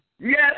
Yes